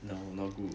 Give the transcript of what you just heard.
no not good